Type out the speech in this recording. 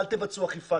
אל תבצעו אכיפה,